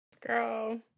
Girl